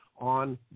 on